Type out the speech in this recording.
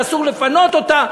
שאסור לפנות אותה,